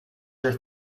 your